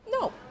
no